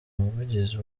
umuvugizi